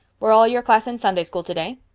were all your class in sunday school today?